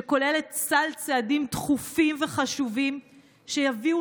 שכוללת סל צעדים דחופים וחשובים שיביאו